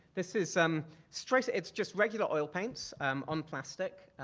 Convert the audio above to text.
this is um straight, it's just regular oil paints um on plastic.